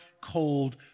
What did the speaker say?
cold